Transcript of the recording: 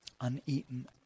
uneaten